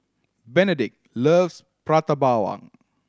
Benedict loves Prata Bawang